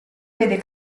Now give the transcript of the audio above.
vede